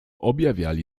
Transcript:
objawiali